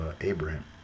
Abraham